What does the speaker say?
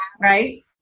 right